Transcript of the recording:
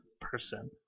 person